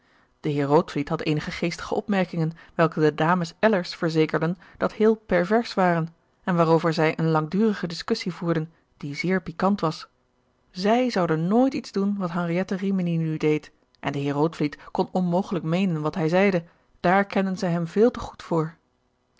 de heer rootvliet had eenige geestige opmerkingen welke de dames ellers verzekerden dat heel pervers waren en waarover zij eene langdurige discussie voerden die zeer piquant was zij zouden nooit iets doen wat henriette rimini nu deed en de heer rootvliet kon onmogelijk meenen wat hij zeide daar kenden zij hem veel te goed voor